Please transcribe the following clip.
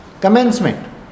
Commencement